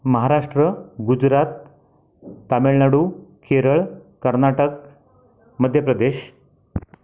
Maharashtra Gujarat Tamil Nadu Kerala Karnataka Madhya Pradesh